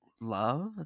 Love